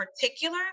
particular